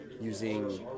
using